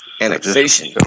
Annexation